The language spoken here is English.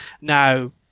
Now